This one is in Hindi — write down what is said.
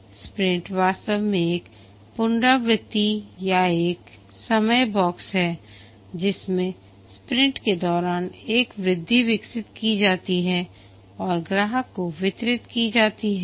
स्प्रिंट वास्तव में एक पुनरावृत्ति या एक समय बॉक्स है जिसमें स्प्रिंट के दौरान एक वृद्धि विकसित की जाती है और ग्राहक को वितरित की जाती है